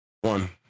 One